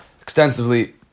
extensively